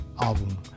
album